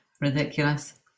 ridiculous